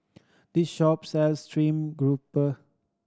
this shop sells stream grouper